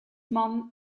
man